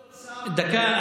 דקה,